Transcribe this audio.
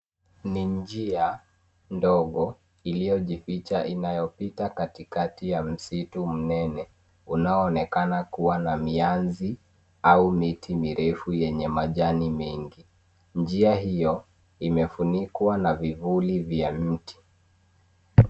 Ni njia ndogo iliyojificha inayopita katikati ya msitu munene unaoonekana kuwa na mianzi au miti mirefu yenye majani mengi . Njia hiyo imefunikwa na vivuli vya mti.